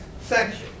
section